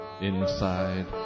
inside